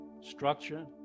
structure